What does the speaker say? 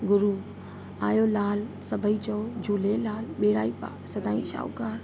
गुरू आयो लाल सबई चओ झूलेलाल ॿेड़ा ई पार सदाईं शाहूकार